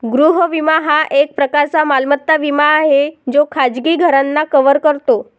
गृह विमा हा एक प्रकारचा मालमत्ता विमा आहे जो खाजगी घरांना कव्हर करतो